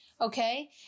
okay